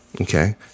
Okay